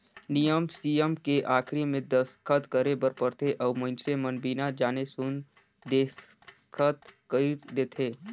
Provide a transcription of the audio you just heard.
नियम सियम के आखरी मे दस्खत करे बर परथे अउ मइनसे मन बिना जाने सुन देसखत कइर देंथे